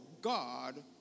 God